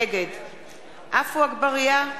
נגד עפו אגבאריה,